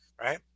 right